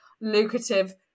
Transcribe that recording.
lucrative